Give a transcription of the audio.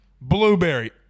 Blueberry